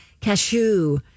cashew